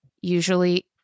usually